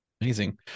Amazing